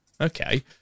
Okay